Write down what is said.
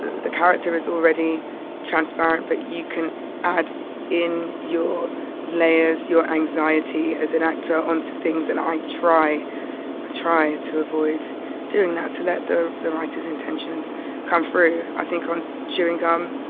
the character is already transparent, but you can add in your layers, your anxiety as an actor onto things. and i try ah try to avoid doing that to let the the writer's intentions come through. i think on chewing gum,